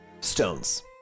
stones